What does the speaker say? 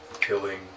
killing